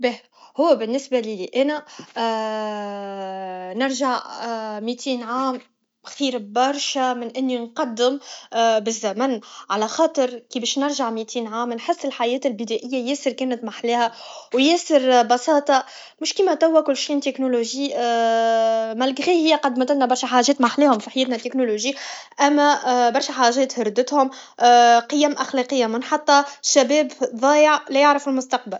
باهي هو انا بالنسه ليا انا نرجع ميتين عام خير برشه من اني نقدم بالزمن على خاطر كي باش نرجع ميتين عام نحي بلي الحياة البداءيه كانت ياسر محلاها وياسر بساطه مشي كما توه كل شي تكنولوجي مالجغي هي قدمتنا برشه حاجات محلاهم في حياتنا لاتيكنولوجي اما برشه حاجات هردتهم قيم اخلاقيه منحطه شباب ضايع فالمستقبل